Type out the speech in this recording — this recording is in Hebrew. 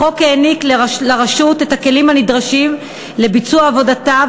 החוק העניק לרשות את הכלים הנדרשים לביצוע עבודתה,